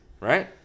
Right